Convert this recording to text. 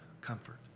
comfort